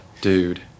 Dude